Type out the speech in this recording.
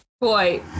boy